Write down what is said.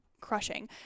crushing